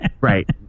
Right